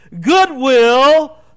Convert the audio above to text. goodwill